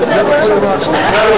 2 לא נתקבלה.